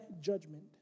judgment